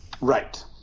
Right